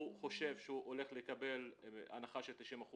הוא חושב שהוא הולך לקבל הנחה של 90%,